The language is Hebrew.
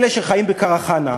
אלה שחיים בקרחנה,